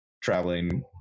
traveling